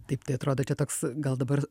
taip tai atrodo čia toks gal dabar